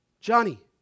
johnny